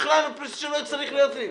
בכלל שלא צריכות להיות לי.